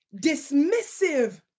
dismissive